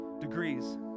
degrees